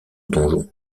donjon